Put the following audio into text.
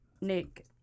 Nick